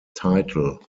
title